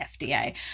FDA